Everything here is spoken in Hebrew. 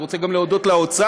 אני רוצה גם להודות לאוצר.